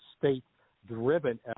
state-driven